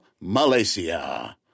Malaysia